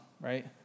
right